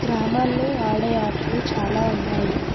గ్రామాల్లో ఆడే ఆటలు చాలా ఉన్నాయి